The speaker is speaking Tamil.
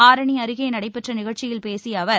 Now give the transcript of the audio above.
ஆரணி அருகே நடைபெற்ற நிகழ்ச்சியில் பேசிய அவர்